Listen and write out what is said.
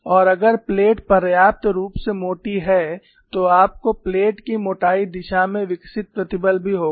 और अगर प्लेट पर्याप्त रूप से मोटी है तो आपको प्लेट की मोटाई दिशा में विकसित प्रतिबल भी होगा